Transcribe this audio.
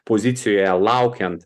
pozicijoje laukiant